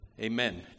Amen